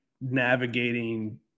navigating